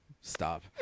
Stop